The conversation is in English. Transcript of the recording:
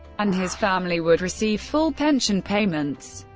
and his family would receive full pension payments.